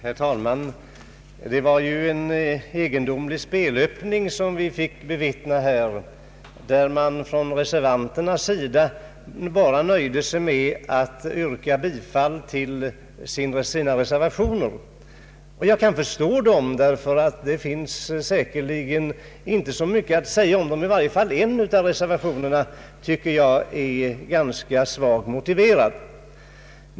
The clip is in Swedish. Herr talman! Det var ju en egendomlig spelöppning som vi här fick bevittna, när reservanterna nöjde sig med att bara yrka bifall till sina reservationer. Jag kan förstå dem, ty det finns säkerligen inte mycket att säga om reservationerna — i varje fall är en av dem enligt min mening ganska svagt motiverad.